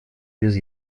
без